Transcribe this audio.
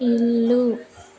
ఇల్లు